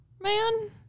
man